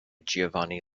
giovanni